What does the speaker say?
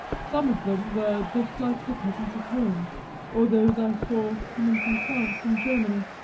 some of them were just like the peasants at home or those i saw coming through france and germany,